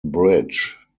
bridge